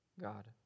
God